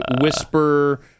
whisper